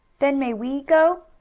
then may we go?